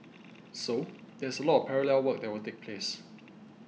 so there's a lot of parallel work that will take place